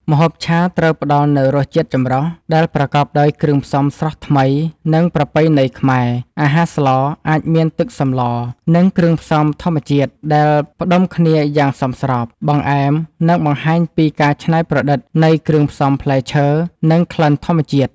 ម្ហូបឆាត្រូវផ្តល់នូវរសជាតិចម្រុះ ដែលប្រកបដោយគ្រឿងផ្សំស្រស់ថ្មីនិងប្រពៃណីខ្មែរ អាហារស្លអាចមានទឹកសម្ល និងគ្រឿងផ្សំធម្មជាតិដែលផ្គុំគ្នាយ៉ាងសមស្រប បង្អែមនឹងបង្ហាញពីការច្នៃប្រឌិតនៃគ្រឿងផ្សំផ្លែឈើ និងក្លិនធម្មជាតិ